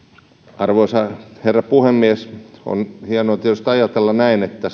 arvoisa herra puhemies on hienoa tietysti ajatella näin että